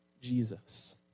Jesus